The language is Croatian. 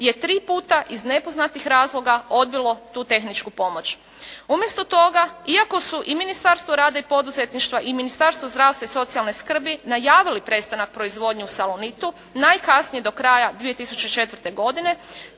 je tri puta iz nepoznatih razloga odbilo tu tehničku pomoć. Umjesto toga iako su i Ministarstvo i rada i poduzetništva i Ministarstvo zdravstva i socijalne skrbi najavili prestanak proizvodnje u Salonitu najkasnije do kraja 2004. godine